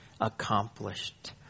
accomplished